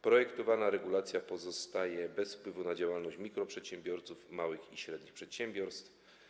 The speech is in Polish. Projektowana regulacja pozostaje bez wpływu na działalność mikroprzedsiębiorców, małych i średnich przedsiębiorców.